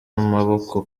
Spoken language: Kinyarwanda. amaboko